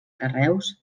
carreus